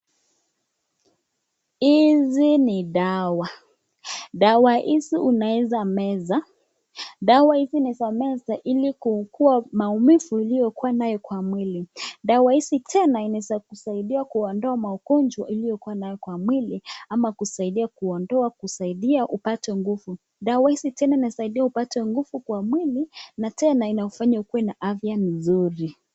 Hizi ni dawa. Dawa hizi unaweza meza. ili kuugua maumivu uliokuwa nayo kwa mwili. Dawa hizi tena inasaidia kuondoa magonjwa uliyokuwa nayo kwa mwili ama kusaidia kuondoa kusaidia upate nguvu. Dawa hizi tena inasaidia upate nguvu kwa mwili na tena inakufanya ukue na afya nzuri.